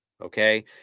okay